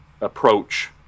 approach